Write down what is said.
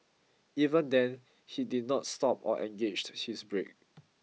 even then he did not stop or engaged his brake